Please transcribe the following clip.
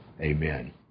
amen